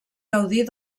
gaudir